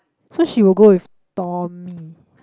so she will go with Tommy